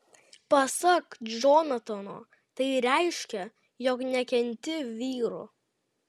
pasak džonatano tai reiškia jog nekenti vyrų